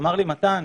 ואמר לי: מתן,